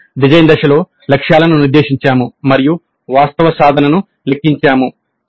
మేము డిజైన్ దశలో లక్ష్యాలను నిర్దేశించాము మరియు వాస్తవ సాధనను లెక్కించాము